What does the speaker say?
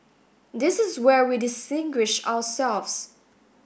this is where we distinguish ourselves